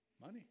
Money